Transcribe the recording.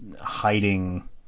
hiding